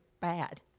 bad